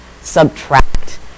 subtract